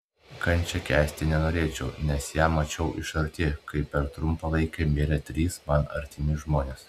kančią kęsti nenorėčiau nes ją mačiau iš arti kai per trumpą laiką mirė trys man artimi žmonės